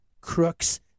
crooks